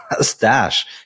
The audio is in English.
Stash